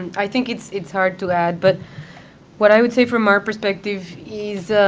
i think it's it's hard to add, but what i would say from our perspective is,